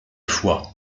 foix